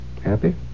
Happy